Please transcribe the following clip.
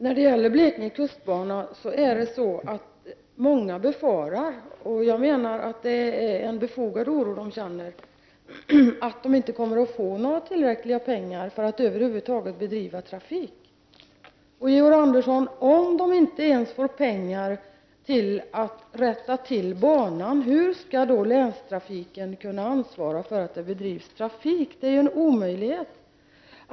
När det gäller Blekinge kustbana befarar många — det är en befogad oro som de känner — att det inte kommer anslås tillräckligt mycket pengar för att trafik över huvud taget skall kunna drivas. Och, Georg Andersson, om man inte ens får pengar för att rätta till banan, hur skall då länstrafiken kunna ansvara för att det bedrivs trafik? Det är ju en omöjlighet.